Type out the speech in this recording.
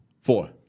Four